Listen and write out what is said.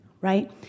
right